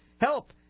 Help